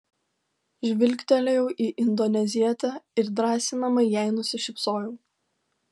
žvilgtelėjau į indonezietę ir drąsinamai jai nusišypsojau